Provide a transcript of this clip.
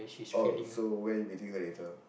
oh so where you meeting her later